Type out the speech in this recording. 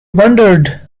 wondered